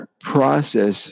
process